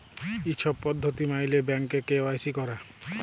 ই ছব পদ্ধতি ম্যাইলে ব্যাংকে কে.ওয়াই.সি ক্যরে